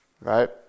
Right